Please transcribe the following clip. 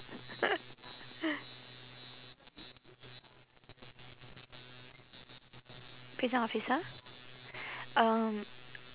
prison officer um